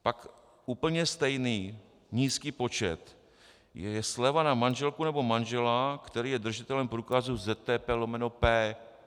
Pak úplně stejný nízký počet je sleva na manželku nebo manžela, který je držitelem průkazu ZPP/P.